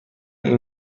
این